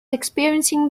experiencing